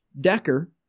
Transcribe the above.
decker